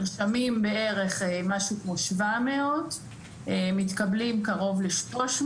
נרשמים כ-700, מתקבלים קרוב ל-300